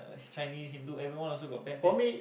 Chinese Hindu everyone also bad bad